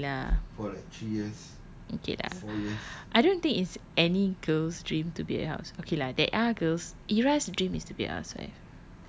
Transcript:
alhamdulillah okay lah I don't think it's any girl's dream to be a housewife okay lah there are girls ira dream is to be a housewife